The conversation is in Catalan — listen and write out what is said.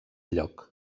lloc